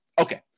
Okay